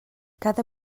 cada